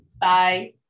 Bye